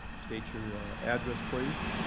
state your address, please.